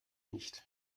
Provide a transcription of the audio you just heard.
nicht